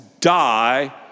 die